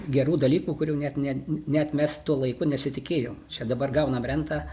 gerų dalykų kurių net ne net mes tuo laiku nesitikėjom čia dabar gaunam rentą